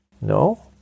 No